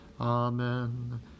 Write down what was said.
Amen